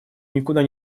никуда